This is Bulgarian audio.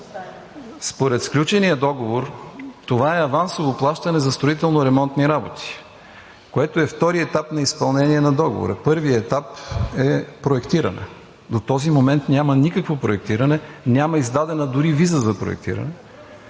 Според сключения договор това е авансово плащане за строително ремонтни работи, което е втори етап на изпълнение на договора. Първият етап е проектиране. До този момент няма никакво проектиране, няма издадена дори виза за проектиране,